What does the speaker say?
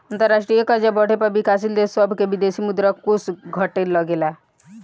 अंतरराष्ट्रीय कर्जा बढ़े पर विकाशील देश सभ के विदेशी मुद्रा कोष घटे लगेला